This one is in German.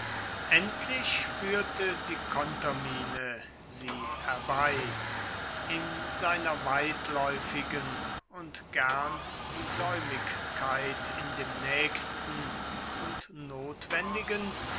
endlich führte die kontermine sie herbei in seiner weitläufigen und gern die säumigkeit in dem nächsten und notwendigen